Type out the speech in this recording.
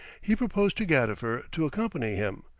he proposed to gadifer to accompany him,